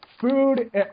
Food